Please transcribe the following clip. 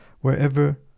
wherever